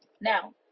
Now